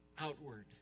outward